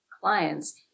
clients